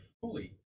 fully